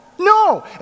No